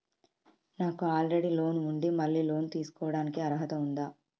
నాకు already loan ఉండి మళ్ళీ లోన్ తీసుకోవడానికి అర్హత ఉందా?